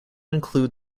include